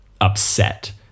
upset